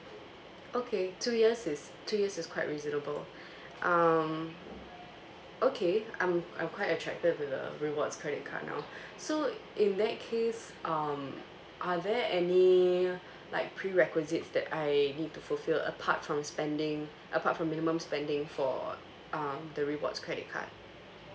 okay two years is two years is quite reasonable um okay I'm I'm quite attracted with the rewards credit card now so in that case um are there any like prerequisite that I need to fulfil apart from spending apart from minimum spending for um the rewards credit card